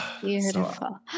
Beautiful